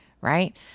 right